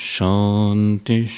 Shanti